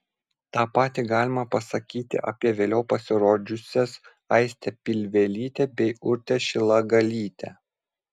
tą patį galima pasakyti apie vėliau pasirodžiusias aistę pilvelytę bei urtę šilagalytę